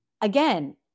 again